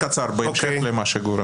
בהמשך למה שאמר גור,